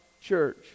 church